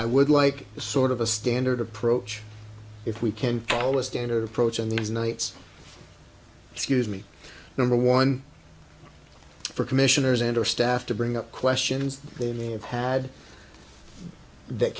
i would like a sort of a standard approach if we can call a standard approach on these nights excuse me number one for commissioners and or staff to bring up questions they may have had that